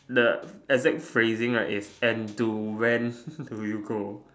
the exact phrasing right is and to when do you go